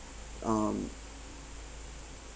um